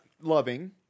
loving